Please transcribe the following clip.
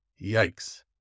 Yikes